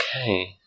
Okay